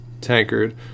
tankard